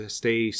stay